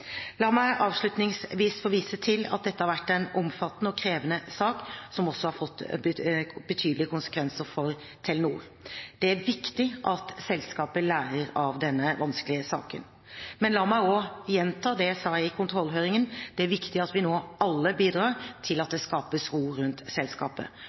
La meg avslutningsvis få vise til at dette har vært en omfattende og krevende sak, som også har fått betydelige konsekvenser for Telenor. Det er viktig at selskapet lærer av denne vanskelige saken. La meg også gjenta det jeg sa i kontrollhøringen: Det er viktig at vi alle nå bidrar til at det skapes ro rundt selskapet,